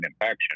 infection